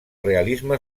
realisme